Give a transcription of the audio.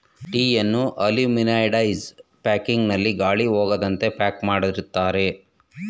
ಟೀಯನ್ನು aluminized packing ನಲ್ಲಿ ಗಾಳಿ ಹೋಗದಂತೆ ಪ್ಯಾಕ್ ಮಾಡಿರುತ್ತಾರೆ